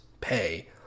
pay